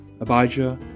Abijah